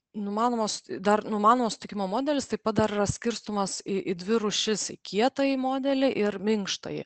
numanomos dar numanomo sutikimo modelis taip pat dar yra skirstomas į į dvi rūšis į kietąjį modelį ir minkštąjį